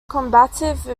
combative